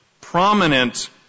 prominent